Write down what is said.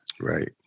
Right